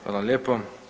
Hvala lijepo.